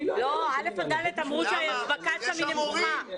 לא, א' ד' אמרו שההדבקה שם היא נמוכה.